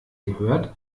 gehört